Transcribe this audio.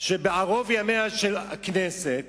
שבערוב ימיה של הכנסת